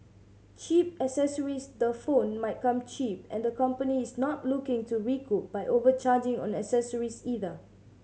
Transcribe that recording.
Cheap Accessories the phone might come cheap and the company is not looking to recoup by overcharging on accessories either